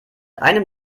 einem